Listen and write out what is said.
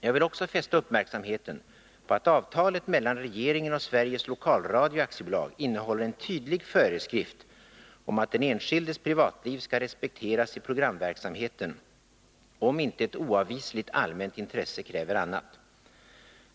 Jag vill också fästa uppmärksamheten på att avtalet mellan regeringen och Sveriges Lokalradio Aktiebolag innehåller en tydlig föreskrift om att den enskildes privatliv skall respekteras i programverksamheten, om inte ett oavvisligt allmänt intresse kräver annat.